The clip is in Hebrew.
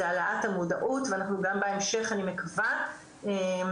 זה העלאת המודעות ואנחנו גם בהמשך אני מקווה נעלה